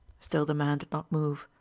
still the man did not move.